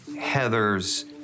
Heather's